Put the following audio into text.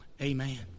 Amen